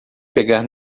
pegar